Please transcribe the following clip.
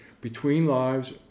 between-lives